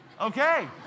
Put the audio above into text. Okay